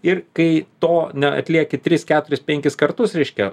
ir kai to neatlieki tris keturis penkis kartus reiškia